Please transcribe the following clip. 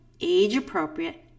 age-appropriate